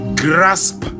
grasp